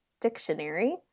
dictionary